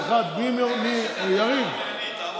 יריב.